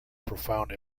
profound